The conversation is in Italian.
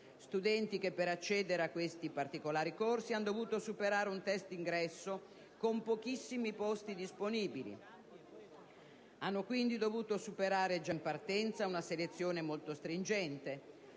che, per accedere a questi particolari corsi, hanno dovuto superare un test d'ingresso con pochissimi posti disponibili: questi studenti hanno quindi dovuto superare già in partenza una selezione molto stringente.